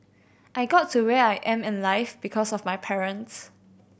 I got to where I am in life because of my parents